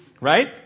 right